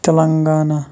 Telangana